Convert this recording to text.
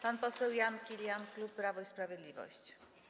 Pan poseł Jan Kilian, klub Prawo i Sprawiedliwość.